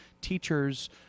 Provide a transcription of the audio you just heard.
teachers